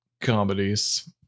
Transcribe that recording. comedies